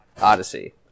Odyssey